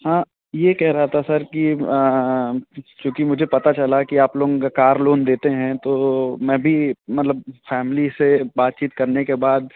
हाँ यह कह रहा था सर की क्योंकि मुझे पता चला कि आप लोग कार लोन देते हैं तो मैं भी मतलब फ़ैमिली से बातचीत करने के बाद